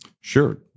sure